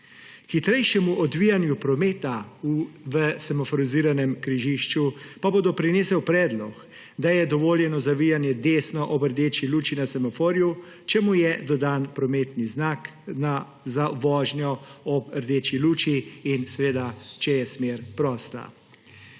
hitrejšemu odvijanju prometa v semaforiziranem križišču pa bo doprinesel predlog, da je dovoljeno zavijanje desno ob rdeči luči na semaforju, če mu je dodan prometni znak za vožnjo ob rdeči luči in če je smer prosta.